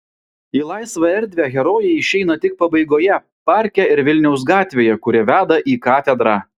į laisvą erdvę herojai išeina tik pabaigoje parke ir vilniaus gatvėje kuri veda į katedrą